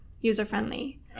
user-friendly